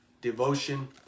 devotion